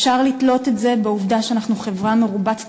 אפשר לתלות את זה בעובדה שאנחנו חברה מרובת תרבויות,